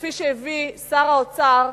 וכפי שהביא שר האוצר,